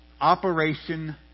Operation